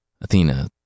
Athena